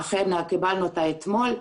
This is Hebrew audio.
אכן קיבלנו אותה אתמול,